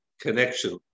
connection